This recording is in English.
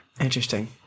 Interesting